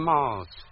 Mars